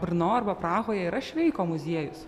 brno arba prahoje yra šveiko muziejus